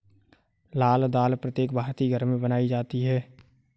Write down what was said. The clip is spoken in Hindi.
लाल दाल प्रत्येक भारतीय घर में बनाई जाती है